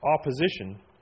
opposition